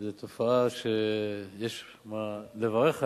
זאת תופעה שיש לברך עליה,